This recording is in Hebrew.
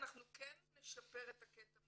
אנחנו כן נשפר את הקטע,